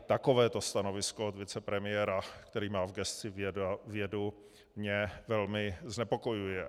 Takovéto stanovisko od vicepremiéra, který má v gesci vědu, mě velmi znepokojuje.